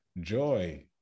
joy